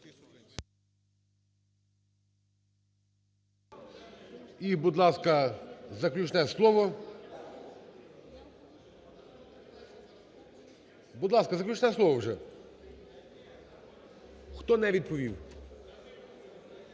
І, будь ласка, заключне слово… Будь ласка, заключне слово вже. Хто не відповів?